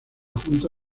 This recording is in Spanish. junta